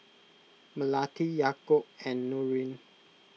Melati Yaakob and Nurin